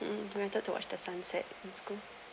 mm wanted to watch the sunset in school